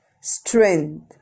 strength